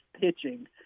pitching